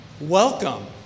Welcome